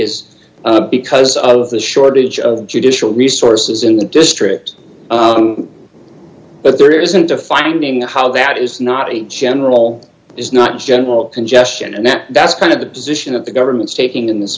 is because of the shortage of judicial resources in the district but there isn't a finding of how that is not a general is not general congestion and that that's kind of the position of the government's taking in this